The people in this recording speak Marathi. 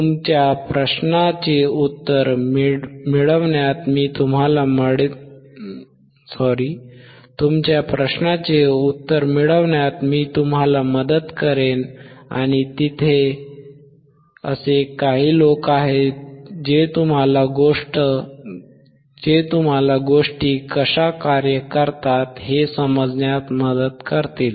तुमच्या प्रश्नाचे उत्तर मिळवण्यात मी तुम्हाला मदत करेन आणि तेथे असे काही लोक आहेत जे तुम्हाला गोष्टी कशा कार्य करतात हे समजण्यास मदत करतील